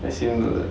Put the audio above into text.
as in 那个